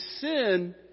sin